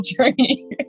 journey